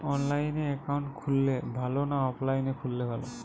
অনলাইনে একাউন্ট খুললে ভালো না অফলাইনে খুললে ভালো?